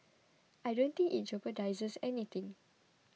I don't think it jeopardises anything